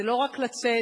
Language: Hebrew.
זה לא רק לצאת,